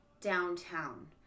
downtown